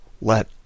let